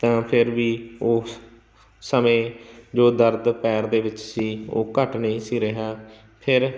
ਤਾਂ ਫਿਰ ਵੀ ਉਸ ਸਮੇਂ ਜੋ ਦਰਦ ਪੈਰ ਦੇ ਵਿੱਚ ਸੀ ਉਹ ਘੱਟ ਨਹੀਂ ਸੀ ਰਿਹਾ ਫਿਰ